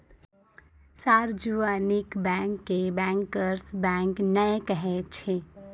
सार्जवनिक bank के bankers bank नै कहै छै